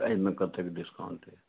एहिमे कतेक डिस्काउंट अछि